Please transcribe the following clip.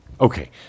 Okay